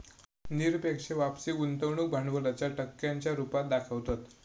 निरपेक्ष वापसी गुंतवणूक भांडवलाच्या टक्क्यांच्या रुपात दाखवतत